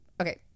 Okay